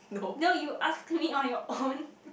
no you ask me on your own